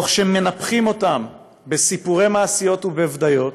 שמנפחים אותם בסיפורי מעשיות ובבדיות,